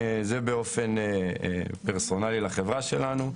זה באופן פרסונלי לחברה שלנו.